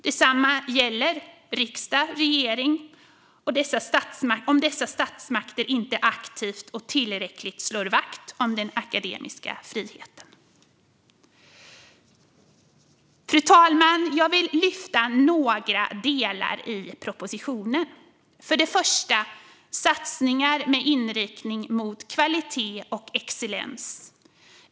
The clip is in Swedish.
Detsamma gäller riksdag och regering om dessa statsmakter inte aktivt och tillräckligt slår vakt om den akademiska friheten. Fru talman! Jag vill lyfta fram några delar i propositionen. För det första vill jag lyfta fram satsningar med inriktning mot kvalitet och excellens.